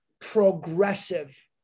progressive